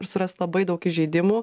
surast labai daug įžeidimų